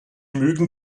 mögen